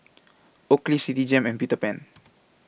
Oakley Citigem and Peter Pan